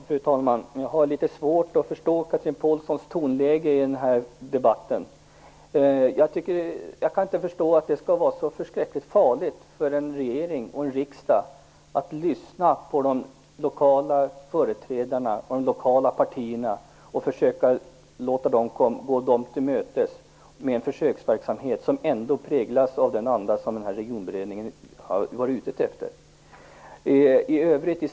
Fru talman! Jag har litet svårt att förstå Chatrine Pålssons tonläge i den här debatten. Jag kan inte förstå att det skall vara så förskräckligt farligt för en regering och en riksdag att lyssna på de lokala företrädarna och de lokala partierna och försöka gå dem till mötes med en försöksverksamhet som ändå präglas av den anda som Regionberedningen har eftersträvat.